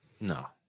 No